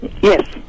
Yes